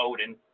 Odin